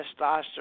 testosterone